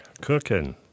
cooking